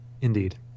Indeed